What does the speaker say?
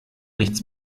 nichts